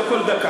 לא כל דקה.